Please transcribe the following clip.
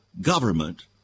government